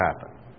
happen